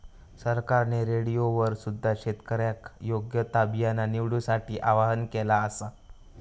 सरकारने रेडिओवर सुद्धा शेतकऱ्यांका योग्य ता बियाणा निवडूसाठी आव्हाहन केला आसा